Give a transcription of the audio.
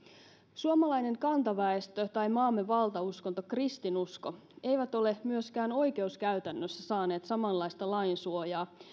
suomalainen kantaväestö tai maamme valtauskonto kristinusko eivät ole myöskään oikeuskäytännössä saaneet samanlaista lainsuojaa